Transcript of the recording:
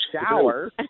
shower